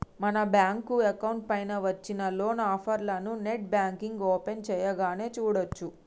మన bank account పైన వచ్చిన లోన్ ఆఫర్లను నెట్ బ్యాంకింగ్ ఓపెన్ చేయగానే చూడచ్చు